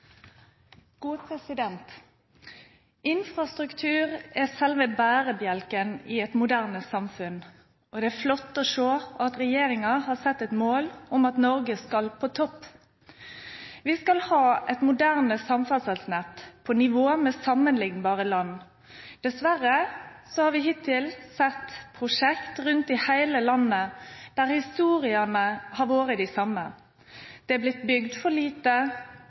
Infrastruktur er selve bærebjelken i et moderne samfunn. Det er flott å se at regjeringen har satt seg det mål at Norge skal på topp. Vi skal ha et moderne samferdselsnett, på nivå med sammenlignbare land. Dessverre har vi hittil sett prosjekter rundt i hele landet der historiene har vært de samme: Det er blitt bygd for lite,